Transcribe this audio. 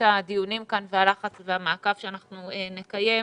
הדיונים כאן והלחץ והמעקב שאנחנו נקיים,